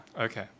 Okay